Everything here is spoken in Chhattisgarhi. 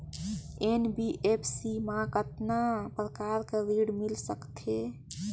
एन.बी.एफ.सी मा कतना प्रकार कर ऋण मिल सकथे?